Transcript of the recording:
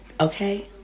Okay